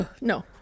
No